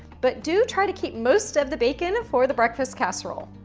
but do try to keep most of the bacon for the breakfast casserole.